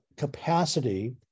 capacity